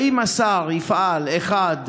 האם השר יפעל כדי